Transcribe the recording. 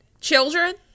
children